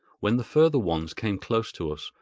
when the further ones came close to us,